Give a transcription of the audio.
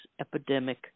epidemic